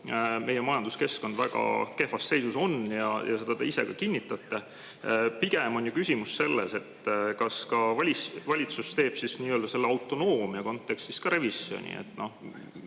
Meie majanduskeskkond on väga kehvas seisus ja seda te ise ka kinnitate. Pigem on ju küsimus selles, kas valitsus teeb nii-öelda selle autonoomia kontekstis revisjoni.